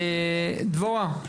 דבורה,